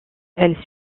elle